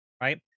right